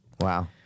Wow